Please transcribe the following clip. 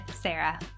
Sarah